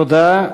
תודה.